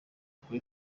kuri